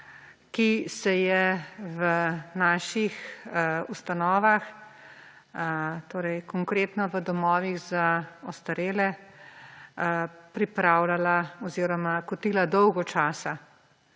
ki se je v naši ustanovah, torej konkretno v domovih za ostarele, pripravljala oziroma kotila dolgo časa.